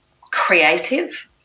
creative